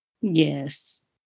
Yes